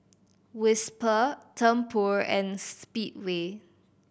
Whisper Tempur and Speedway